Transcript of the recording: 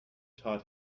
taught